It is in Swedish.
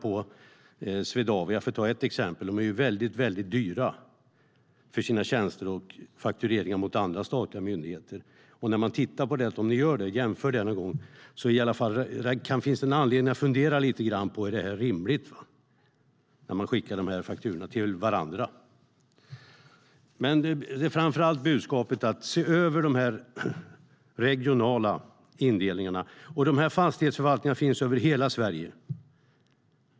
För att ta ett exempel: Swedavia är väldigt dyrt med sina tjänster och faktureringar mot andra statliga myndigheter. När man tittar på det och jämför finns det anledning att fundera över om det är rimligt, när man skickar fakturor till varandra. Jag har framför allt budskapet: Se över den regionala indelningen! Dessa fastighetsförvaltningar finns över hela Sverige.